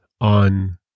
on